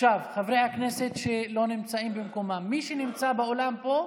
חברי הכנסת שלא נמצאים במקומם, מי שנמצא באולם פה,